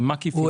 דוחות.